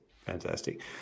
fantastic